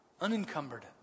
unencumbered